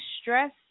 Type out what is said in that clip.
stress